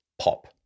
pop